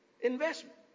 investment